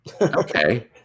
okay